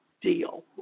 deal